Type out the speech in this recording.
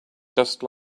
just